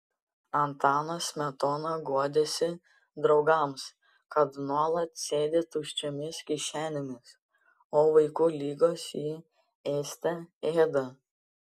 antanas smetona guodėsi draugams kad nuolat sėdi tuščiomis kišenėmis o vaikų ligos jį ėste ėda